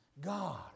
God